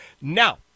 now